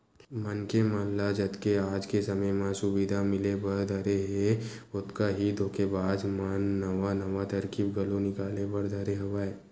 मनखे मन ल जतके आज के समे म सुबिधा मिले बर धरे हे ओतका ही धोखेबाज मन नवा नवा तरकीब घलो निकाले बर धरे हवय